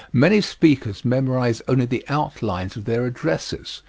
many speakers memorize only the outlines of their addresses,